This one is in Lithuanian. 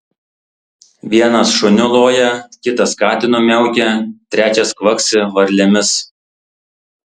vienas šuniu loja kitas katinu miaukia trečias kvaksi varlėmis